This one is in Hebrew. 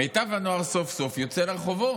מיטב הנוער סוף-סוף יוצא לרחובות.